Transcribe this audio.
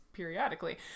periodically